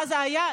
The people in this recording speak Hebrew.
מה זה היה?